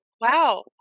Wow